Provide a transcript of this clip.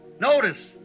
Notice